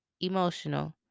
Emotional